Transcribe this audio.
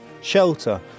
shelter